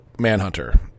Manhunter